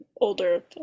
older